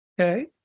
Okay